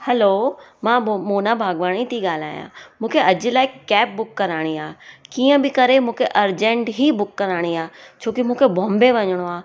hello मां भो मोना भागवाणी थी ॻाल्हायां मूंखे अॼु लाइ कैब बुक कराइणी आहे कीअं बि करे मूंखे अर्जंट ई बुक कराइणी आहे छोकी मूंखे बॉम्बे वञिणो आहे